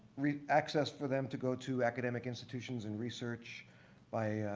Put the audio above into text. access for them to go to academic institutions and research by